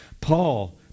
paul